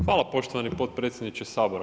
Hvala poštovani potpredsjedniče Sabora.